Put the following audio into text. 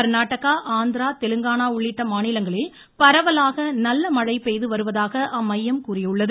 கா்நாடகா ஆந்திரா தெலுங்கானா உள்ளிட்ட மாநிலங்களில் பரவலாக நல்ல மழை பெய்து வருவதாக அம்மையம் கூறியுள்ளது